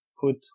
put